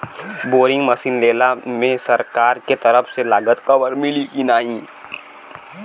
Boring machine लेला मे सरकार के तरफ से लागत कवर मिली की नाही?